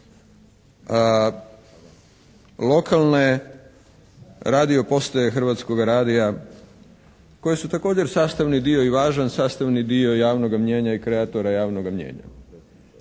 lokalne radio postaje Hrvatskoga radija koje su također sastavni dio i važan sastavni dio javnoga mnijenja i kreatora javnoga mnijenja.